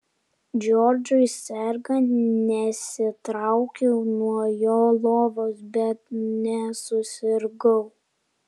džordžui sergant nesitraukiau nuo jo lovos bet nesusirgau